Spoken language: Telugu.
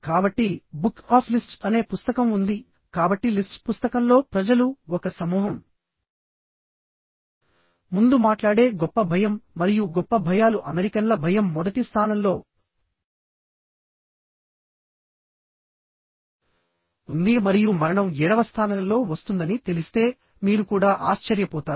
కాబట్టి బుక్ ఆఫ్ లిస్జ్ట్ అనే పుస్తకం ఉంది కాబట్టి లిస్జ్ట్ పుస్తకంలో ప్రజలు ఒక సమూహం ముందు మాట్లాడే గొప్ప భయం మరియు గొప్ప భయాలు అమెరికన్ల భయం మొదటి స్థానంలో ఉంది మరియు మరణం ఏడవ స్థానంలో వస్తుందని తెలిస్తే మీరు కూడా ఆశ్చర్యపోతారు